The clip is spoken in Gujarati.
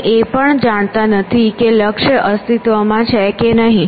આપણે એ પણ જાણતા નથી કે લક્ષ્ય અસ્તિત્વમાં છે કે નહીં